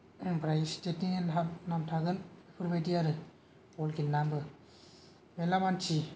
ओमफ्राय स्तेतनि नाम थागोन बेफोरबायदि आरो बल गेलेनाबो मेल्ला मानसि